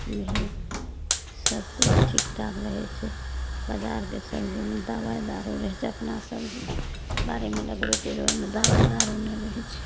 नहि सब किछु ठीक ठाक रहैत छै बजारके सबजीमे दबाइ दारू रहैत छै अपना सबजी बाड़ीमे लगबैत छियै ओहिमे दबाइ दारू नहि रहैत छै